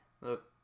look